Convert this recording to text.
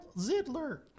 Zidler